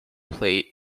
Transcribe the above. plate